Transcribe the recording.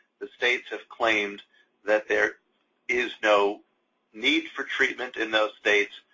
the states have claimed that there is no need for treatment in those states.